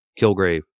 Kilgrave